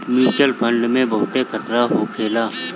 mutual fund में बहुते खतरा होखेला